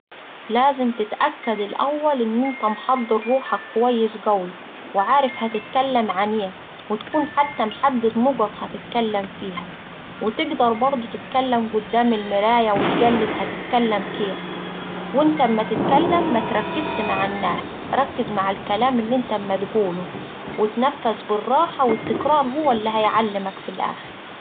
لازم تتأكد الأول إن إنت محضر روحك كويس قوي وعارف هتتكلم عن إيه وتكون حتى محدد نقط هتتكلم فيها، وتقدر برضه تتكلم قدام المراية وتقلد هتتكلم كيف، وإنت أما تتكلم متركزش مع الناس ركز مع الكلام اللي إنت أما تقوله واتنفس بالراحة والتكرار هوه اللي هيعلمك في الآخر.